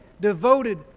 devoted